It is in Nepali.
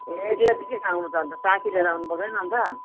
ए एक्लै त किन आउनु त अन्त साथी लिएर आउनु पर्दैन अन्त